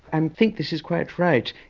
and think this is quite right.